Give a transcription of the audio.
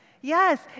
Yes